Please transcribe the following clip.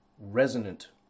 resonant